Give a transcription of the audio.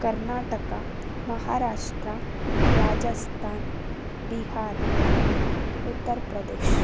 Karnataka Maharashtra Rajasthan Bihar Uttar Pradesh